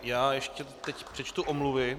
Já ještě teď přečtu omluvy.